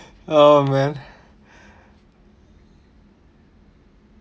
oh well